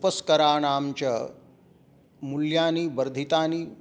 उपस्कराणाञ्च मूल्यानि वर्धितानि